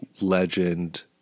legend